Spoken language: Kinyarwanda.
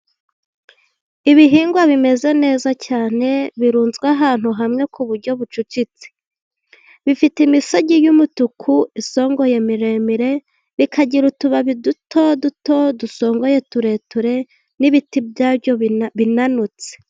Ibihingwa bimeze neza cyane, birunzwe ahantu hamwe ku buryo bucucitse, bifite imisogi y'umutuku isongoye miremire, bikagira utubabi duto duto dusongoye tureture n'ibiti byabyo binanutse.